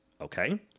Okay